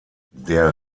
der